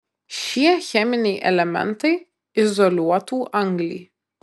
šie cheminiai elementai izoliuotų anglį